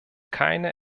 keine